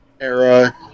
era